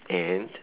and